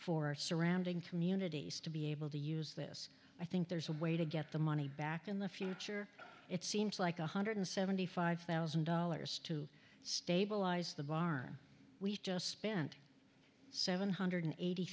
our surrounding communities to be able to use this i think there's a way to get the money back in the future it seems like one hundred seventy five thousand dollars to stabilize the bar we just spent seven hundred eighty